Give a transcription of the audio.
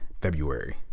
February